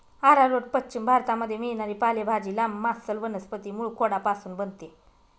arrowroot पश्चिम भारतामध्ये मिळणारी पालेभाजी, लांब, मांसल वनस्पती मूळखोडापासून बनते